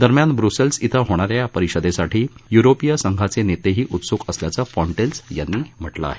दरम्यान ब्र्सेल्स इथं होणाऱ्या या परिषदेसाठी युरोपीय संघाचे नेतेही उत्सुक असल्याचं फॉन्टेल्स यांनी म्हटलं आहे